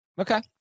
Okay